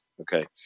okay